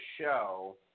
show